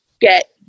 get